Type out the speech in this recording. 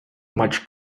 much